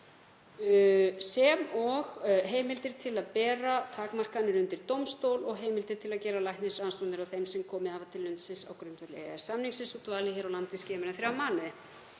sem og heimildir til að bera takmarkanir undir dómstól og heimildir til að gera læknisrannsóknir á þeim sem komið hafa til landsins á grundvelli EES-samningsins og dvalið hér á landi skemur en þrjá mánuði.